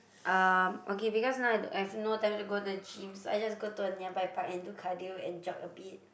um okay because now I have no time to go to the gym so I just go to a nearby park and do cardio and jog a bit